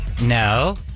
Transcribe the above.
No